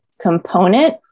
component